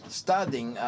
studying